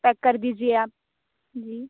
pack दीजिए आप जी